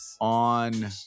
on